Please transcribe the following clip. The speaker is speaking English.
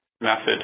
method